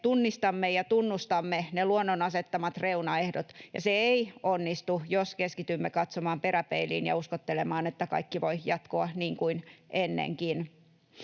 tunnistamme ja tunnustamme ne luonnon asettamat reunaehdot, ja se ei onnistu, jos keskitymme katsomaan peräpeiliin ja uskottelemme, että kaikki voi jatkua niin kuin ennenkin.